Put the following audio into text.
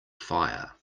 fire